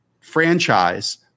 franchise